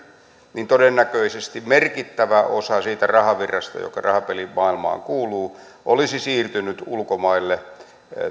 niin todennäköisesti merkittävä osa siitä rahavirrasta joka rahapelimaailmaan kuuluu olisi siirtynyt ulkomaille